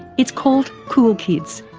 it's called cool kids.